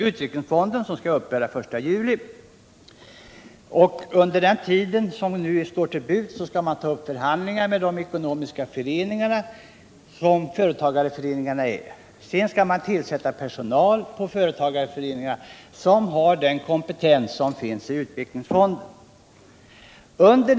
Utvecklingsfonden skall upphöra den 1 juli, och under den tid som står till buds skall man ta upp förhandlingar med de ekonomiska föreningar som företagarföreningarna är. Sedan skall man tillsätta personal. De mindre och i företagarföreningarna som har den kompetens som finns i utvecklings — medelstora fonden.